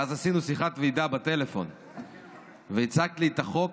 ואז עשינו שיחת ועידה בטלפון והצגת לי את החוק,